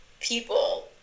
people